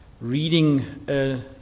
reading